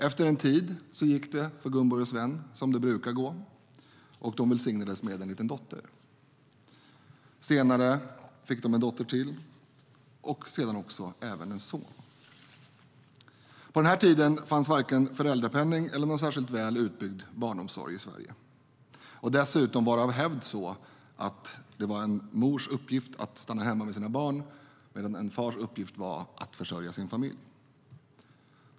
Efter en tid gick det för Gunborg och Sven som det brukar gå och de välsignades med en liten dotter. Senare fick de en dotter till och även en son. Vid den här tiden fanns varken föräldrapenning eller någon särskilt väl utbyggd barnomsorg i Sverige. Dessutom var det av hävd en mors uppgift att stanna hemma med sina barn, medan en fars uppgift var att försörja sin familj.